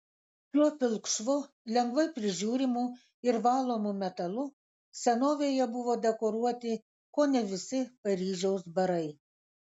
šiuo pilkšvu lengvai prižiūrimu ir valomu metalu senovėje buvo dekoruoti kone visi paryžiaus barai